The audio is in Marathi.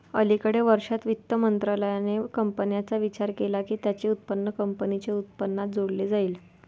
अलिकडे वर्षांत, वित्त मंत्रालयाने कंपन्यांचा विचार केला की त्यांचे उत्पन्न कंपनीच्या उत्पन्नात जोडले जाईल